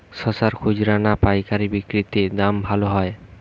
শশার খুচরা না পায়কারী বিক্রি তে দাম ভালো হয়?